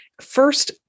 first